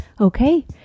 Okay